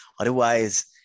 Otherwise